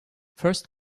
first